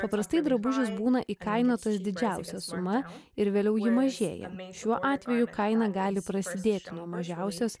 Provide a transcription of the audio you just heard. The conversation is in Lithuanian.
paprastai drabužis būna įkainotas didžiausia suma ir vėliau ji mažėja šiuo atveju kaina gali prasidėti nuo mažiausios